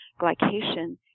glycation